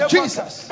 Jesus